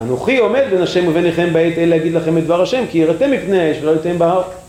אנוכי עומד בין ה' וביניכם בעת ההיא להגיד לכם את דבר ה', כי יראתם מפני האש ולא עליתם בהר